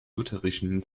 lutherischen